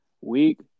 week